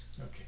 Okay